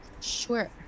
Sure